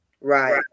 Right